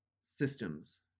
systems